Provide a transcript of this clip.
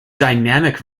dynamic